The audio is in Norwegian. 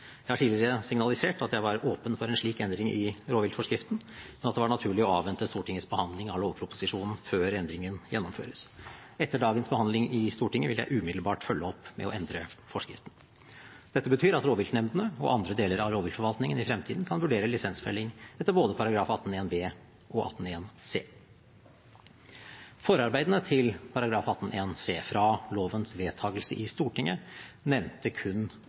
Jeg har tidligere signalisert at jeg var åpen for en slik endring i rovviltforskriften, men at det var naturlig å avvente Stortingets behandling av lovproposisjonen før endringen gjennomføres. Etter dagens behandling i Stortinget vil jeg umiddelbart følge opp med å endre forskriften. Dette betyr at rovviltnemndene og andre deler av rovviltforvaltningen i fremtiden kan vurdere lisensfelling etter både § 18 første ledd bokstav b og § 18 første ledd bokstav c. Forarbeidene til § 18 første ledd bokstav c fra lovens vedtagelse i Stortinget nevnte kun